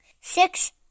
six